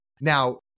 now